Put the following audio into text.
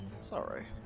Sorry